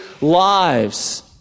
lives